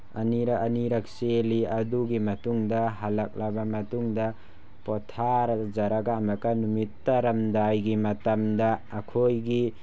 ꯑꯅꯤꯔꯛ ꯑꯅꯤꯔꯛ ꯆꯦꯜꯂꯤ ꯑꯗꯨꯒꯤ ꯃꯇꯨꯡꯗ ꯍꯜꯂꯛꯂꯕ ꯃꯇꯨꯡꯗ ꯄꯣꯊꯥꯖꯔꯒ ꯑꯃꯨꯛꯀ ꯅꯨꯃꯤꯠ ꯇꯥꯔꯝꯗꯥꯏꯒꯤ ꯃꯇꯝꯗ ꯑꯩꯈꯣꯏꯒꯤ